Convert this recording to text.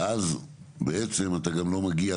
ואז בעצם אתה גם לא מגיע.